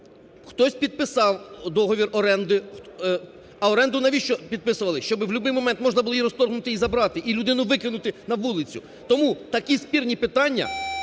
Хтось підписав договір оренди, а оренду навіщо підписували? Щоб в любий момент можна було її розторгнути і забрати. І людину викинути на вулицю. Тому такі спірні питання